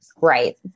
Right